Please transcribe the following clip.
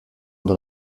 dans